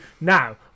Now